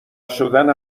شدن